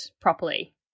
properly